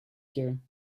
here